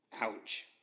Ouch